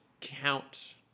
count